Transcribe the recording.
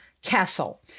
castle